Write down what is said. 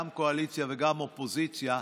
גם קואליציה וגם אופוזיציה,